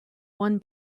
one